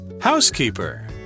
Housekeeper